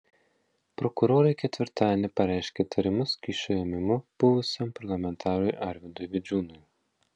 prokurorai ketvirtadienį pareiškė įtarimus kyšio ėmimu buvusiam parlamentarui arvydui vidžiūnui